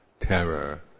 terror